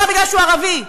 ולא כי הוא ערבי,